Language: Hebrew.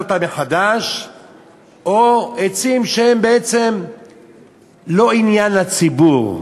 מחדש ואיזה עצים הם בעצם לא עניין לציבור.